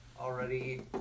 already